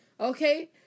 Okay